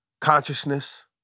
consciousness